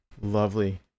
Lovely